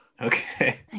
Okay